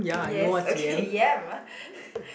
yes okay yam uh